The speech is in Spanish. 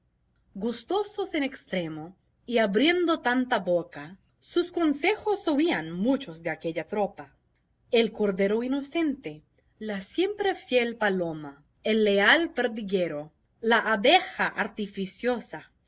gustosos en extremo y abriendo tanta boca sus consejos oían muchos de aquella tropa el cordero inocente la siempre fiel paloma el leal perdiguero la abeja artificiosa